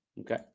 Okay